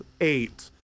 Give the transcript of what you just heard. eight